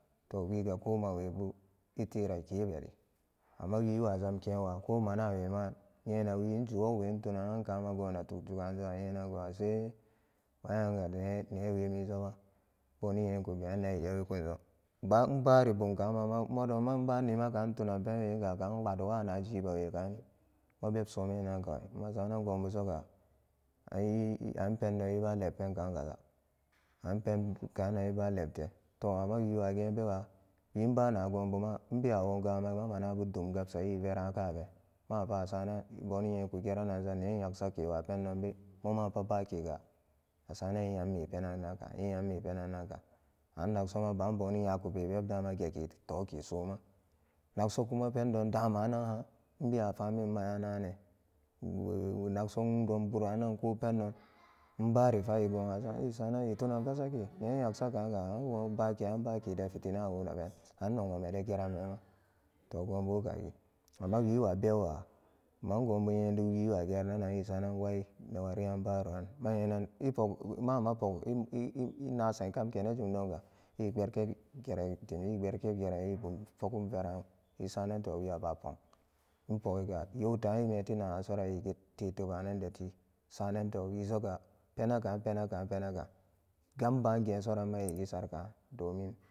To wiga ko mawebu eterakebemi amma wiwa jamkenwa ko manawema yenawi injuwugwe intunan kama gona tuk jugajum a yenango ase waiyanga ne-newemi soma boni yekugane e yewikunso ban-inbari bumkama modonma inba nima intunan penwegaga inwadwanajibuwe mabeb somi nanka masanan gobu soya ai-anpendon e nakpen kakaza anp-penkanan eba lepte to amma wiwa genbewa wi inbanagobuma ebawawogamanma manabu dumgabsan e vera kaben mapa asanan boni nyekugeranansa ne nyeksa kewa pendon be momapa ba kega asanan e nyamme penanan ka e nyamme penannanka anagsoma ba boni nyakube bebdama geke toke soma nagsokuma pendon damanaha inbewa famin ma nyanagane wonakso wundon buranan ko pendon inbanfarigo asa-e sanan e tunanve sake ne nyeksa kanga ango bake nyan bakede fitinan wo aben annog mamede geran mema togobu kage amma wiwewa bebwa buman gobu yedug wiwa gerananan esanan wai newriyan baroran manyenan epok ma'ama pog e-e-enasan kamkana zum donga e bengen gera tuni e berken geran e bum bogum vera e sanan towiaba pong inpo ega yautan emeti nagasoran e gi teteupanan deti sanan to wisoga a-penaka penaka penaka gamba gensoran egi sarkan domin.